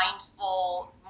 mindful